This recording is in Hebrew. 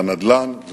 בנדל"ן.